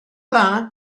dda